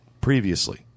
previously